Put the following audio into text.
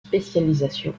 spécialisation